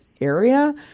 area